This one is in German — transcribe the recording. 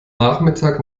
nachmittag